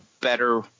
better